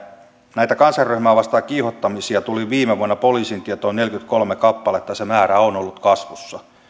näitä kansanryhmää vastaan kiihottamisia tuli viime vuonna poliisin tietoon neljäkymmentäkolme kappaletta ja se määrä on ollut kasvussa